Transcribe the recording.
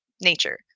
nature